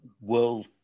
world